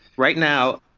right now,